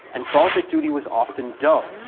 and baltic duty was often dull,